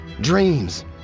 Dreams